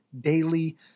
daily